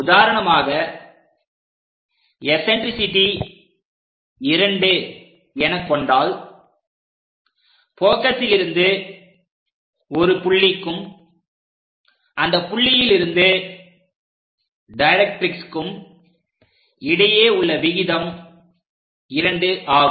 உதாரணமாக எஸன்ட்ரிசிட்டி 2 என கொண்டால் போகஸிலிருந்து ஒரு புள்ளிக்கும் அந்தப் புள்ளியில் இருந்து டைரக்ட்ரிக்ஸ்க்கும் இடையே உள்ள விகிதம் 2 ஆகும்